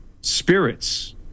spirits